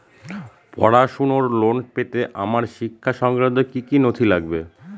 পড়াশুনোর লোন পেতে আমার শিক্ষা সংক্রান্ত কি কি নথি লাগবে?